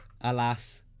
alas